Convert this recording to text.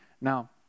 Now